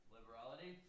Liberality